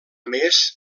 més